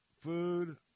Food